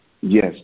Yes